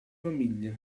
famiglia